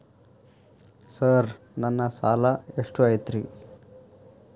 Sir ನನ್ನ ಸಾಲಾ ಎಷ್ಟು ಐತ್ರಿ?